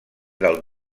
del